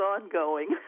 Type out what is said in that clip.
ongoing